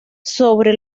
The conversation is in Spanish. sobre